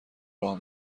راه